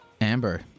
Amber